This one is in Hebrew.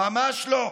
ממש לא.